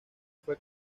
fue